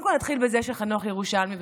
קודם כול נתחיל בזה שחנוך ירושלמי.